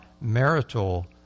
marital